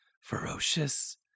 ferocious